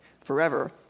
forever